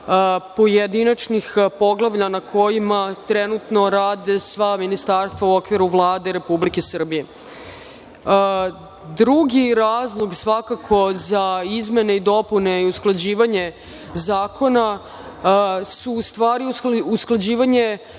pojedinačnih poglavlja na kojima trenutno rade sva ministarstva u okviru Vlade Republike Srbije. Drugi razlog svakako za izmene i dopune je usklađivanje zakona, u stvari usklađivanje